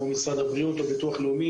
כמו משרד הבריאות או ביטוח לאומי,